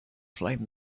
flame